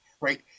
right